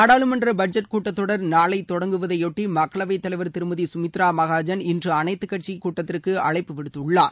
நாடாளுமன்ற பட்ஜெட் கூட்டத்தொடர் நாளை தொடங்குவதையொட்டி மக்களவைத் தலைவர் திருமதி சுமித்ரா மகாஜன் இன்று அனைத்துக்கட்சி கூட்டத்திற்கு அழைப்பு விடுத்துள்ளார்